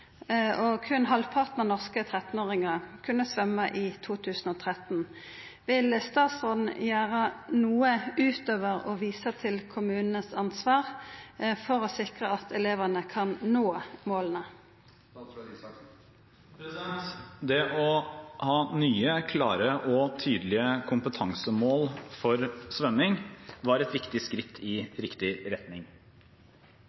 og kun halvparten av norske 13-åringer kunne svømme i 2013. Vil statsråden gjøre noe, utover å vise til kommunenes ansvar , for å sikre at elevene kan nå målene?» Det å ha nye, klare og tydelige kompetansemål for svømming var et viktig skritt i riktig retning.